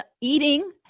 eating